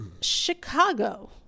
Chicago